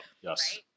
Yes